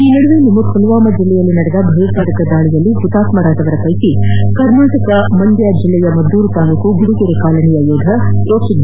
ಈ ಮಧ್ಯೆ ನಿನ್ನೆ ಪುಲ್ಲಾಮಾ ಜಿಲ್ಲೆಯಲ್ಲಿ ನಡೆದ ಭಯೋತ್ಪಾದಕ ದಾಳಿಯಲ್ಲಿ ಹುತಾತ್ಪರಾದವರಲ್ಲಿ ಕರ್ನಾಟಕದ ಮಂಡ್ನ ಜಿಲ್ಲೆಯ ಮದ್ದೂರು ತಾಲೂಕಿನ ಗುಡಿಗರೆ ಕಾಲೋನಿಯ ಯೋಧ ಎಜ್